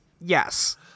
Yes